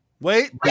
Wait